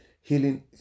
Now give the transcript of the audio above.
healing